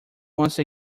once